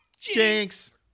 Jinx